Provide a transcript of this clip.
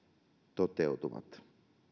toteutuvat